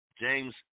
James